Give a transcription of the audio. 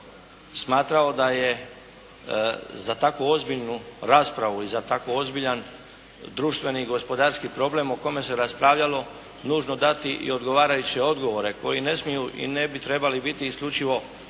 smatrao da je za tako ozbiljnu raspravu i za tako ozbiljan društveni i gospodarski problem o kojem se raspravljalo nužno dati i odgovarajuće odgovore koji ne smiju i ne bi trebali biti isključivo